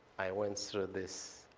i went through this,